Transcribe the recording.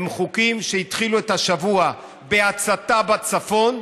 הם חוקים שעולים בשבוע שהתחיל בהצתה בצפון,